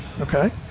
okay